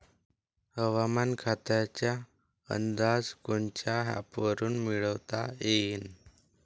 हवामान खात्याचा अंदाज कोनच्या ॲपवरुन मिळवता येईन?